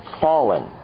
fallen